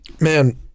man